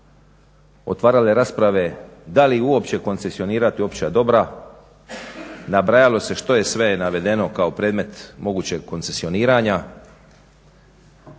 otvarale rasprave da li uopće koncesionirati opća dobra, nabrajalo se sve što je navedeno kao predmet mogućeg koncesioniranja,